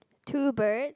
two birds